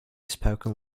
spoken